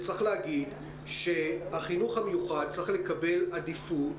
צריך להגיד שהחינוך המיוחד צריך לקבל עדיפות,